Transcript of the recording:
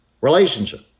relationship